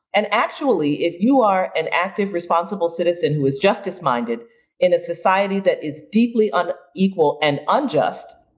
and actually, if you are an active, responsible citizen who is justice minded in a society that is deeply unequal and unjust,